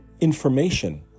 information